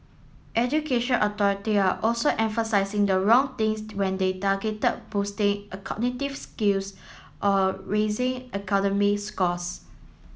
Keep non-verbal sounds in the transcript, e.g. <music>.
education authority are also emphasising the wrong things when they targeted boosting <unintelligible> cognitive skills or raising academic scores